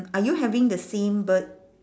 are you having the same bird